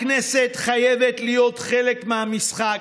הכנסת חייבת להיות חלק מהמשחק,